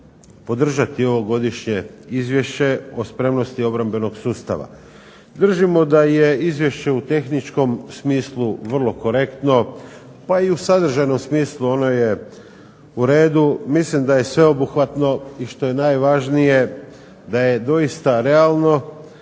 podržati ovo godišnje Izvješće o spremnosti obrambenog sustava. Držimo da je Izvješće u tehničkom smislu vrlo korektno, pa i u sadržajnom smislu ono je uredu. Mislim da je sveobuhvatno i što je najvažnije da je doista realno